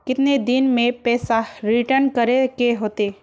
कितने दिन में पैसा रिटर्न करे के होते?